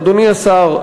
אדוני השר,